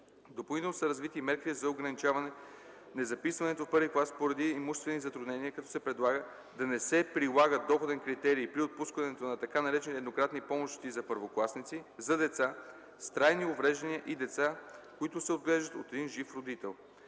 Допълнително са развити и мерките за ограничаване незаписването в първи клас поради имуществени затруднения, като се предлага да не се прилага доходен критерий при отпускането на така наречените „еднократни помощи за първокласници”, за деца с трайни увреждания и деца, които се отглеждат от един жив родител.